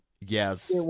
Yes